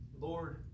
Lord